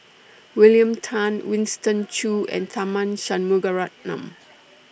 William Tan Winston Choos and Tharman Shanmugaratnam